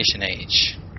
age